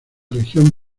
región